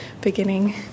beginning